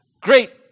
great